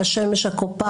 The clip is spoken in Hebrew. עומדים בשמש הקופחת.